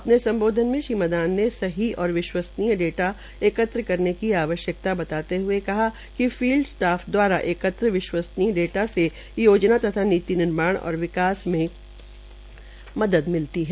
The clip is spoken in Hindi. अपने सम्बोधन मे श्रीमदान ने सही और विश्वसनीय डाटा एकत्र करने की आवश्यक्ता बताते हए कहा कि फील्ड स्टाफ द्वारा एकत्र विश्वसनीय डाटज्ञ से योजना तथा नीति निर्माण और विकास में मद मिलती है